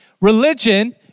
Religion